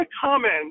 comment